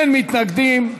אין מתנגדים.